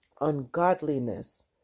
ungodliness